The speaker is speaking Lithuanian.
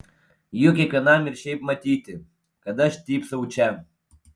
juk kiekvienam ir šiaip matyti kad aš stypsau čia